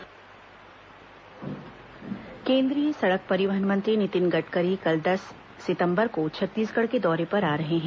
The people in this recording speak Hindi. नितिन गडकरी दूर्ग केंद्रीय सड़क परिवहन मंत्री नितिन गडकरी कल दस सितंबर को छत्तीसगढ़ के दौर पर आ रहे हैं